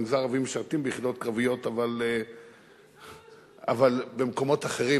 במגזר הערבי משרתים ביחידות קרביות אבל במקומות אחרים,